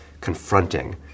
confronting